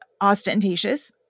ostentatious